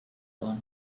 bona